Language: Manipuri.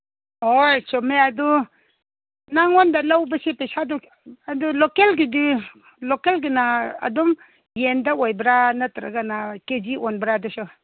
ꯍꯣꯏ ꯆꯨꯝꯃꯦ ꯑꯗꯨ ꯅꯉꯣꯟꯗ ꯂꯧꯕꯁꯤ ꯄꯩꯁꯥꯗꯨ ꯑꯗꯨ ꯂꯣꯀꯦꯜꯒꯤꯗꯤ ꯂꯣꯀꯦꯜꯒꯤꯅ ꯑꯗꯨꯝ ꯌꯦꯟꯗ ꯑꯣꯏꯕ꯭ꯔꯥ ꯅꯠꯇ꯭ꯔꯒꯅ ꯀꯦꯖꯤ ꯑꯣꯟꯕ꯭ꯔꯥ ꯑꯗꯨꯁꯨ